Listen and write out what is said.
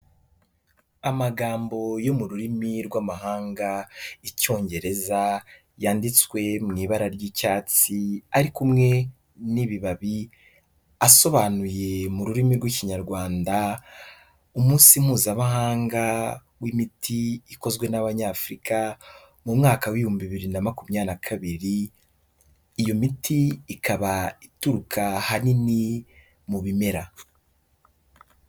Amagambo yo mu rurimi rw'amahanga icyongereza, yanditswe mu ibara ry'icyatsi ari kumwe n'ibibabi, asobanuye mu rurimi rw'ikinyarwanda, umunsi mpuzamahanga w'imiti ikozwe n'abanyafurika, mu mwaka w'ibihumbi bibiri na makumyabiri na kabiri, iyo miti ikaba ituruka ahanini mu bimera.